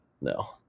No